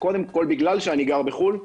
קודם כל, בגלל שאני גר בחו"ל.